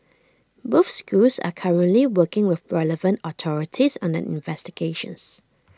both schools are currently working with relevant authorities on their investigations